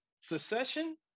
Secession